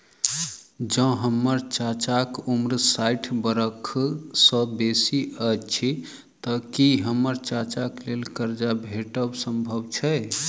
जँ हम्मर चाचाक उम्र साठि बरख सँ बेसी अछि तऽ की हम्मर चाचाक लेल करजा भेटब संभव छै?